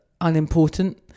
unimportant